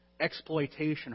exploitation